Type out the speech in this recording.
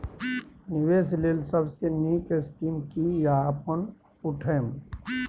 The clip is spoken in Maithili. निवेश लेल सबसे नींक स्कीम की या अपन उठैम?